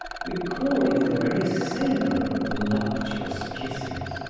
recalling the very savor of voluptuous kisses.